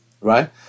Right